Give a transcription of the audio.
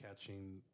catching